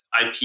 IP